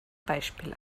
beispiel